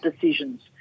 decisions